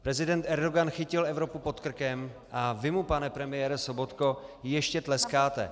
Prezident Erdogan chytil Evropu pod krkem a vy mu, pane premiére Sobotko, ještě tleskáte.